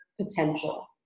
potential